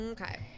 Okay